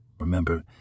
Remember